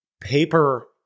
paper